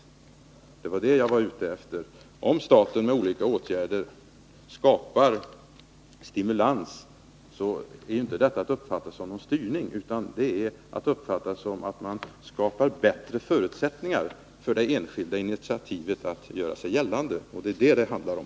Det var det jag var ute efter. Om staten med olika åtgärder skapar stimulans så är detta inte att uppfatta som någon styrning, utan härigenom skapar man bättre förutsättningar för det enskilda initiativet att göra sig gällande. Det är detta det handlar om.